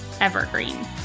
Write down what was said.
Evergreen